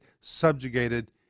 subjugated